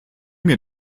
mir